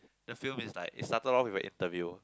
the film is like it started off with a interview